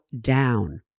down